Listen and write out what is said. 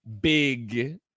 big